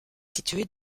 situées